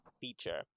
feature